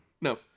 No